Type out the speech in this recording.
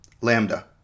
Lambda